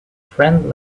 friend